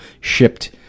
shipped